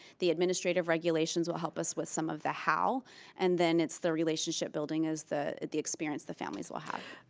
the administrative regulations will help us with some of the how and then it's the relationship building is the the experience that families will have.